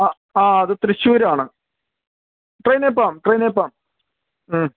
അ ആ അത് തൃശ്ശൂരാണ് ട്രെയ്നേ പോകാം ട്രെയ്നേ പോകാം മ്മ്